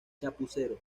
chapucero